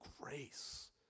grace